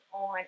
on